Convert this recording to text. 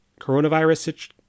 coronavirus